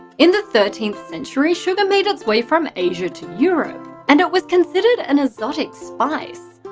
in the thirteenth century, sugar made its way from asia to europe and it was considered an exotic spice.